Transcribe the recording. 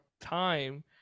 time